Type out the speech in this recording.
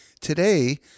Today